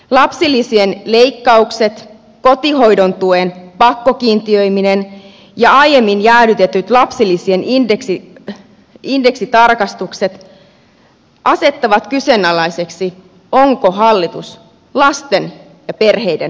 lapsilisien leikkaukset kotihoidon tuen pakkokiintiöiminen ja aiemmin jäädytetyt lapsilisien indeksitarkistukset asettavat kyseenalaiseksi onko hallitus lasten ja perheiden asialla